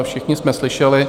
Všichni jsme slyšeli.